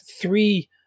three